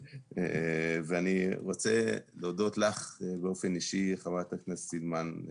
אני רוצה להודות לך באופן אישי, חברת הכנסת סילמן.